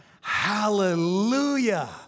hallelujah